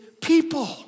people